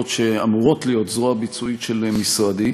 שאמורות להיות הזרוע הביצועית של משרדי.